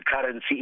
currency